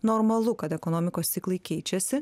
normalu kad ekonomikos ciklai keičiasi